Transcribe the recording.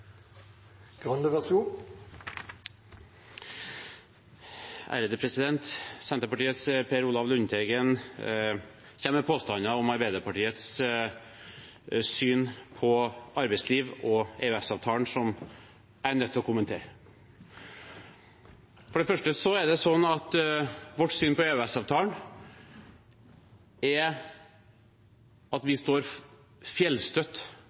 Senterpartiets Per Olaf Lundteigen kommer med påstander om Arbeiderpartiets syn på arbeidsliv og EØS-avtalen som jeg er nødt til å kommentere. For det første er vårt syn på EØS-avtalen at vi står fjellstøtt